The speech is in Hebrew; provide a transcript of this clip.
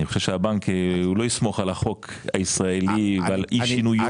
אני חושב שהבנק לא יסמוך על החוק הישראלי ועל אי שינוי ייעוד.